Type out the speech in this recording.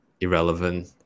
irrelevant